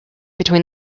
between